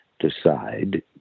Decide